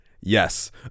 yes